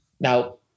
Now